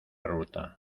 ruta